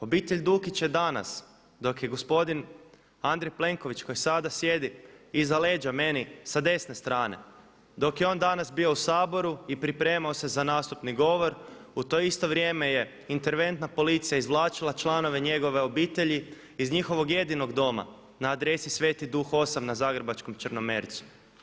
Obitelj Dukić je danas dok je gospodin Andrej Plenković koji sada sjedi iza leđa meni sa desne strane, dok je on danas bio u Saboru i pripremao se za nastupni govor u to isto vrijeme je interventna policija izvlačila članove njegove obitelji iz njihovog jedinog doma na adresi Sveti duh 8 na zagrebačkom Črnomercu.